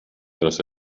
tras